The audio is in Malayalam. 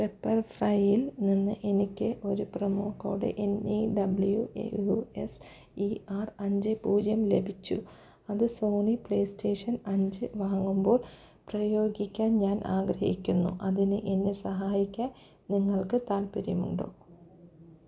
പെപ്പർ ഫ്രൈയ്യിൽ നിന്ന് എനിക്ക് ഒരു പ്രെമോക്കോഡ് എന്നീ W A U S E R അഞ്ച് പൂജ്യം ലഭിച്ചു അത് സോണി പ്ലേ സ്റ്റേഷൻ അഞ്ച് വാങ്ങുമ്പോൾ പ്രയോഗിക്കാൻ ഞാൻ ആഗ്രഹിക്കുന്നു അതിന് എന്നെ സഹായിക്കാൻ നിങ്ങൾക്ക് താൽപ്പര്യമുണ്ടോ